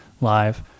live